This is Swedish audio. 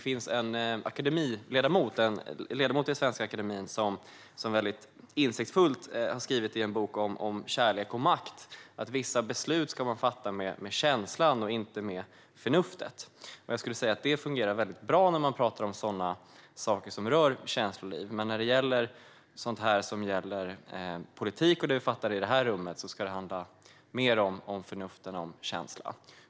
En ledamot i Svenska Akademien har skrivit väldigt insiktsfullt i en bok om kärlek och makt att vissa beslut ska man fatta med känslan och inte med förnuftet. Jag skulle vilja säga att det fungerar bra när man pratar om saker som rör känsloliv. Men när det gäller politik och sådant som vi fattar beslut om i det här rummet ska det handla mer om förnuft än om känsla.